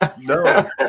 No